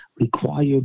Required